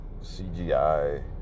CGI